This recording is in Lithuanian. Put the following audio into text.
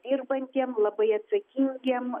dirbantiem labai atsakingiem